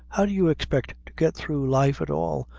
how do you expect to get through life at all?